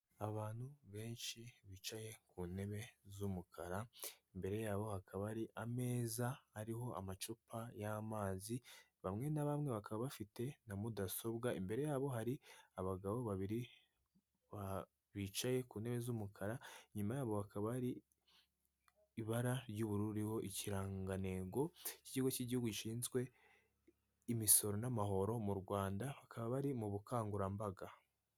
Abantu benshi bicaye ku ntebe z'umukara, imbere yabo hakaba ari ameza ariho amacupa y'amazi, bamwe na bamwe bakaba bafite na mudasobwa, imbere yabo hari abagabo babiri bicaye ku ntebe z'umukara, inyuma yabo hakaba hari ibara ry'ubururu ririho ikirangantego k'ikigo cy'igihugu gishinzwe imisoro n'amahoro mu Rwanda bakaba bari mu bukangurambaga.